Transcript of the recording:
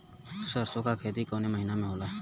सरसों का खेती कवने महीना में होला?